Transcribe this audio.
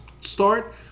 start